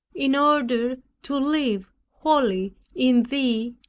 in order to live wholly in thee,